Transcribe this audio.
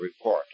report